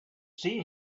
see